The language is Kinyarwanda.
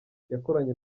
yakoranye